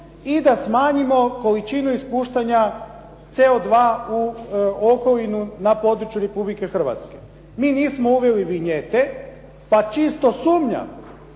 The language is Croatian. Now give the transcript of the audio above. i da smanjimo količinu ispuštanja CO2 u okolinu na području Republike Hrvatske. Mi nismo uveli vinjete, pa čisto sumnjam